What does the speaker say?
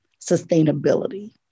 sustainability